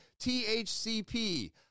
THCP